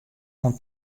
oan